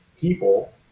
people